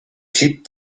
clip